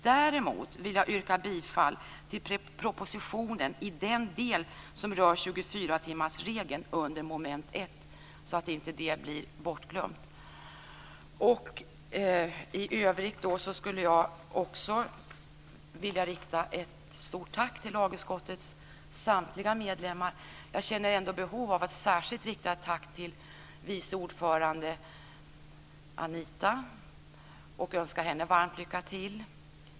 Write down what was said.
Däremot vill jag yrka bifall till propositionen i den del som rör 24-timmarsregeln under mom. 1, så att det inte blir bortglömt. I övrigt vill jag rikta ett stort tack till lagutskottets samtliga medlemmar. Jag känner ett behov av att särskilt rikta ett tack till vice ordföranden Anita Persson och önskar henne varmt lycka till.